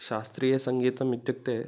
शास्त्रीयसङ्गीतमित्युक्ते